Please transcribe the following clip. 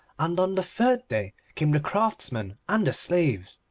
and on the third day came the craftsmen and the slaves.